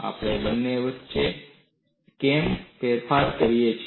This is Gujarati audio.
આપણે બંને વચ્ચે કેમ ફેરબદલ કરીએ છીએ